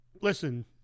Listen